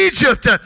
Egypt